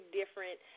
different